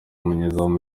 umunyezamu